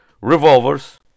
revolvers